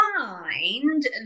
find